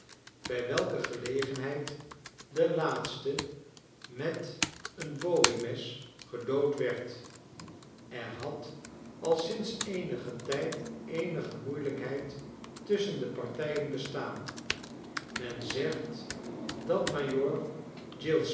bij welke gelegenheid de laatste met een bowie mesgedood werd er had al sinds eenigen tijd eenige moeilijkheid tusschen de partijen bestaan men zegt dat majoor